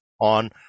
on